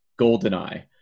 Goldeneye